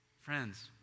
Friends